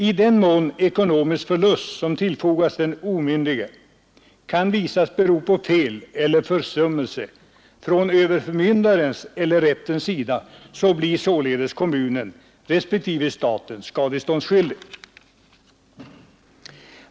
I den mån ekonomisk förlust som tillfogats den omyndige kan visas bero på fel eller försummelse från överförmyndarens eller rättens sida, blir således kommunen respektive staten skadeståndsskyldig.